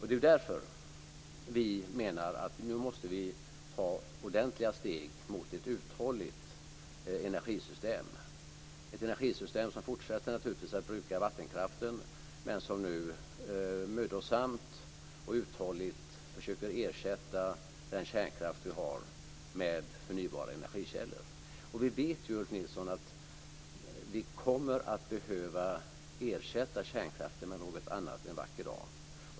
Det är därför vi menar att vi nu måste ta ordentliga steg mot ett uthålligt energisystem, ett energisystem som naturligtvis fortsätter att bruka vattenkraften men som nu mödosamt och uthålligt försöker ersätta den kärnkraft vi har med förnybara energikällor. Vi vet ju, Ulf Nilsson, att vi en vacker dag kommer att behöva ersätta kärnkraften med något annat.